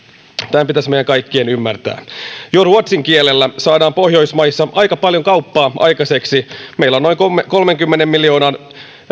tämä pitäisi meidän kaikkien ymmärtää jo ruotsin kielellä saadaan pohjoismaissa aika paljon kauppaa aikaiseksi meillä on noin kolmenkymmenen miljoonan